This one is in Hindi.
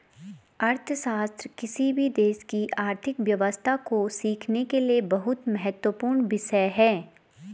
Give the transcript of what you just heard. अर्थशास्त्र किसी भी देश की आर्थिक व्यवस्था को सीखने के लिए बहुत महत्वपूर्ण विषय हैं